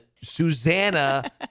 Susanna